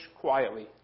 quietly